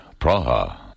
Praha